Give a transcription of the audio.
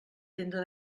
tenda